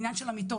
עניין של המיטות,